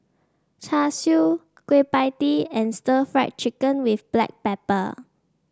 Char Siu Kueh Pie Tee and Stir Fried Chicken with Black Pepper